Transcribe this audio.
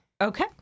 Okay